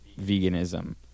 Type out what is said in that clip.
veganism